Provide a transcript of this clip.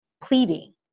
pleading